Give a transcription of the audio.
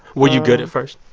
were you good at first?